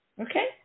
Okay